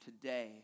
today